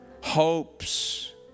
Hopes